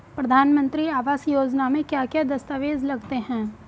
प्रधानमंत्री आवास योजना में क्या क्या दस्तावेज लगते हैं?